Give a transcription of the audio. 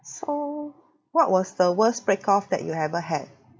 so what was the worst break off that you ever had mm